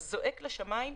זה זועק לשמים.